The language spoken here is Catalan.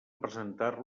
presentar